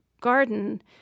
garden